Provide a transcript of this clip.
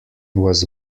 was